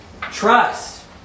Trust